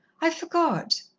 i forgot.